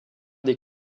des